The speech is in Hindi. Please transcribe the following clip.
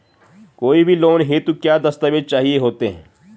कोई भी लोन हेतु क्या दस्तावेज़ चाहिए होते हैं?